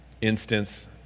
instance